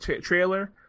trailer